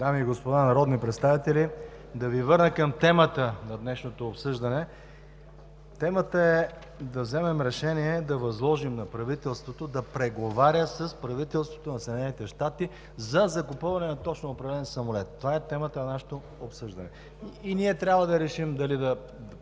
Дами и господа народни представители! Да Ви върна към темата на днешното обсъждане – да вземем решение да възложим на правителството да преговаря с правителството на Съединените щати за закупуване на точно определен самолет. Това е темата на нашето обсъждане. Ние трябва да решим дали да